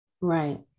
Right